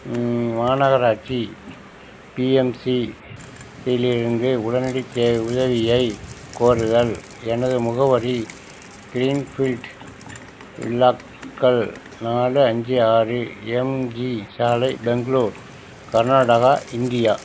மாநகராட்சி P M C இலிருந்து உடனடி தே உதவியைக் கோருதல் எனது முகவரி கிரீன்ஃபீல்ட் வில்லாக்கள் நாலு அஞ்சு ஆறு எம் ஜி சாலை பெங்களூர் கர்நாடகா இந்தியா